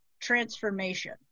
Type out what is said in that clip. transformation